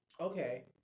okay